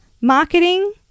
marketing